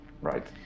Right